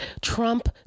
trump